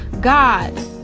God